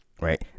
right